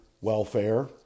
welfare